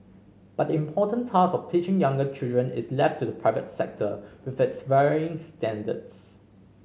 but the important task of teaching younger children is left to the private sector with its varying standards